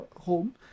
home